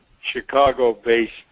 Chicago-based